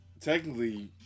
technically